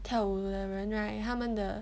跳舞的人 right 他们的